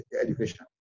education